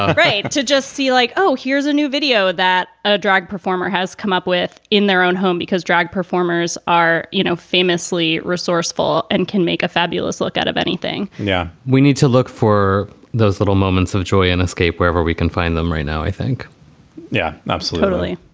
right to just see like, oh, here's a new video that a drag performer has come up with in their own home because drag performers are you know famously resourceful and can make a fabulous luck out of anything yeah we need to look for those little moments of joy and escape wherever we can find them right now. i think yeah, absolutely.